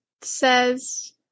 says